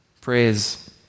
praise